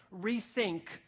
rethink